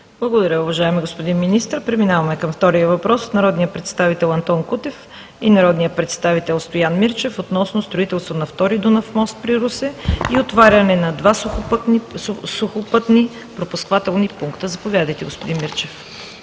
Благодаря, уважаеми господин Министър. Преминаваме към втория въпрос от народния представител Антон Кутев и народния представител Стоян Мирчев относно строителство на втори Дунав мост при Русе и отваряне на два сухопътни пропускателни пункта. Заповядайте, господин Мирчев.